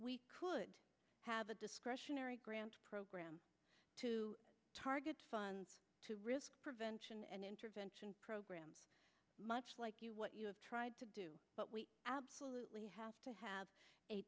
we could have a discretionary grant program to target funds to prevention and intervention programs much like you what you have tried to do but we absolutely have to have a